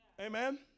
Amen